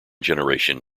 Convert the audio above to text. generation